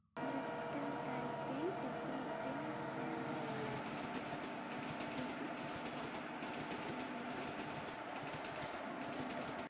Bristol type is ఇసిరోద్రి హ్యాండ్లిక్ S fifty six and అంతే